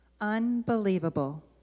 Unbelievable